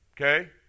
Okay